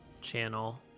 channel